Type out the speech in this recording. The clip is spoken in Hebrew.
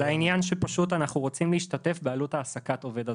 זה העניין שאנחנו פשוט רוצים להשתתף בעלות העסקת העובד הזר.